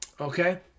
Okay